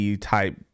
type